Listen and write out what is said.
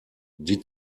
die